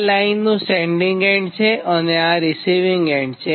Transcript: આ લાઇનનું sending end છે અને આ રીસિવીંગ એન્ડ છે